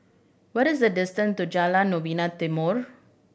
what is the distance to Jalan Novena Timor